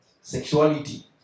sexuality